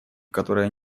которая